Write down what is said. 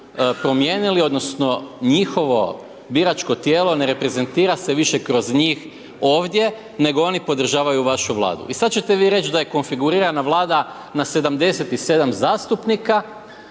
promijenili odnosno njihovo biračko tijelo ne reprezentira se više kroz njih ovdje nego oni podržavaju vašu Vladu. I sad ćete vi reć da je konfigurirana vlada na 77 zastupnika,